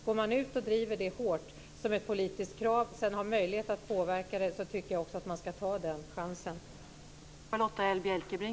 Går man ut och driver detta hårt som ett politiskt krav och sedan har möjlighet att påverka det tycker jag också att man ska ta den chansen.